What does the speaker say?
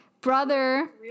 brother